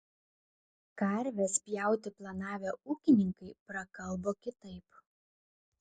karves pjauti planavę ūkininkai prakalbo kitaip